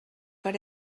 per